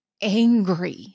angry